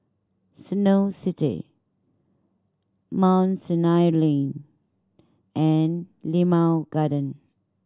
Snow City Mount Sinai Lane and Limau Garden